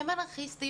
"הם אנרכיסטים,